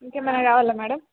ఇంకేమైనా కావాలా మేడం